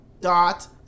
dot